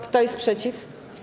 Kto jest przeciw?